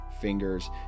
fingers